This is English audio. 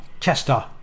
Chester